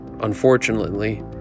Unfortunately